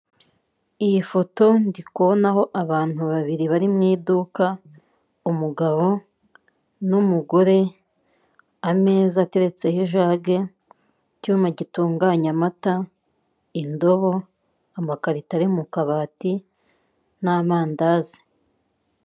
Iyi foto ndabonaho abantu babiri bari mu iduka umugabo n'umugore, ameza ateretseho ijage, icyuma gitunganya amata, indobo, amakarito ari mu akabati n'amandazi.